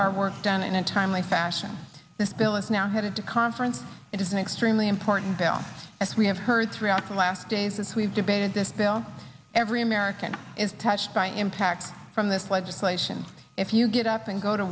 our work done in a timely fashion this bill is now headed to conference it is an extremely important bill as we have heard throughout the last days as we've debated this bill every american is touched by an impact from this legislation if you get up and go to